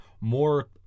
more